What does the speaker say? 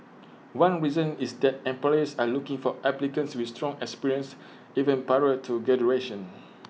one reason is that employers are looking for applicants with strong experience even prior to graduation